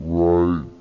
right